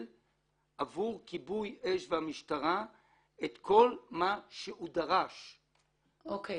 בעבור כיבוי אש והמשטרה את כל מה שהוא דרש -- אוקיי,